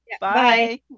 Bye